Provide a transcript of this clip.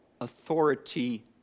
authority